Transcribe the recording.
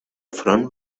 front